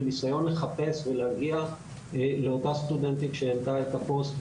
בניסיון לחפש ולהגיע לאותה סטודנטית שהעלתה את הפוסט,